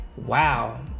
wow